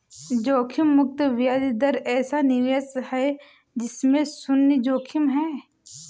जोखिम मुक्त ब्याज दर ऐसा निवेश है जिसमें शुन्य जोखिम है